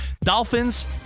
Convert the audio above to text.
Dolphins